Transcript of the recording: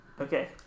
Okay